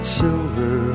silver